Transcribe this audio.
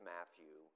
Matthew